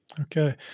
okay